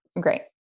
Great